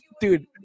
dude